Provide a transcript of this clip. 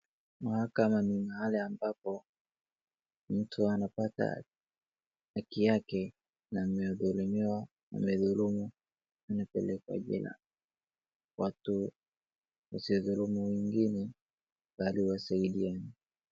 Mahakama ni mahali ambapo mtu anapata haki yake na miongoni mwao waliothulumu wanapelekwa jela. Watu wasithulumu wengine mbali wawasaidie.